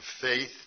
faith